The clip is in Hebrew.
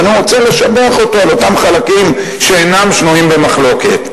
ואני רוצה לשבח אותו על אותם חלקים שאינם שנויים במחלוקת.